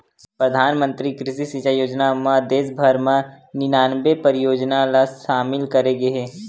परधानमंतरी कृषि सिंचई योजना म देस भर म निनानबे परियोजना ल सामिल करे गे हे